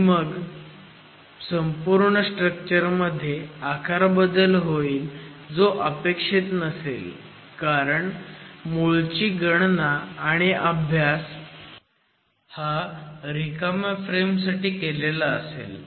आणि मग पूर्ण स्ट्रक्चर मध्ये आकारबदल होईल जो एपेक्षित नसेल कारण मूळची गणना आणि अभ्यास हा रिकाम्या फ्रेमसाठी केलेला असेल